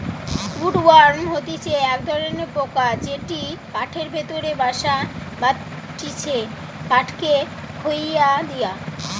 would worm হতিছে এক ধরণের পোকা যেটি কাঠের ভেতরে বাসা বাঁধটিছে কাঠকে খইয়ে দিয়া